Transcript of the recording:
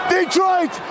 Detroit